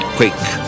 quake